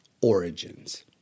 origins